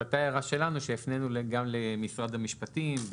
זו הייתה הערה שלנו שהפנינו גם למשרד המשפטים.